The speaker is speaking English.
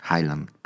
Highland